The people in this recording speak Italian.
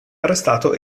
arrestato